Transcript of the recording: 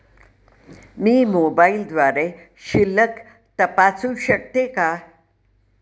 मी मोबाइलद्वारे शिल्लक तपासू शकते का?